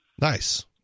Nice